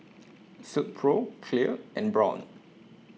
Silkpro Clear and Braun